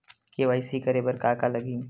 KYC करे बर का का लगही?